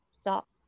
Stop